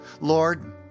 Lord